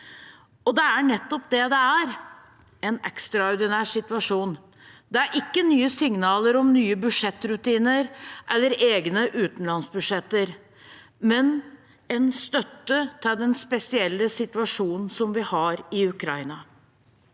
og det er nettopp det det er: en ekstraordinær situasjon. Det er ikke signaler om nye budsjettrutiner eller egne utenlandsbudsjetter, men en støtte knyttet til den spesielle situasjonen som er i Ukraina.